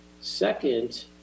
Second